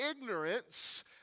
ignorance